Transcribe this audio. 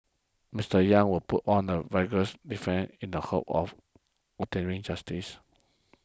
Mister Yang will put up a vigorous defence in the hope of obtaining justice